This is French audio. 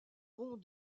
pont